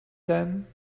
then